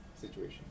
situation